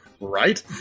Right